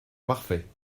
parfait